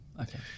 Okay